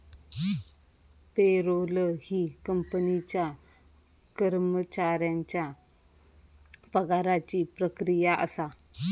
payroll ही कंपनीच्या कर्मचाऱ्यांच्या पगाराची प्रक्रिया असा